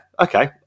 Okay